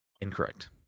Incorrect